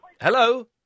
Hello